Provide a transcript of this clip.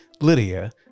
Lydia